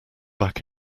back